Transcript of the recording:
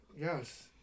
Yes